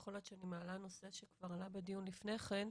יכול להיות שאני מעלה נושא שכבר עלה בדיון לפני כן: